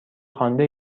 خوانده